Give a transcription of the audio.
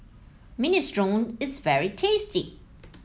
Minestrone is very tasty